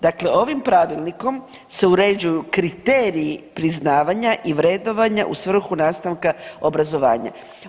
Dakle ovim pravilnikom se uređuju kriteriji priznavanja i vrednovanja u svrhu nastavka obrazovanja.